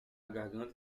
garganta